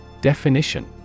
Definition